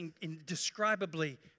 indescribably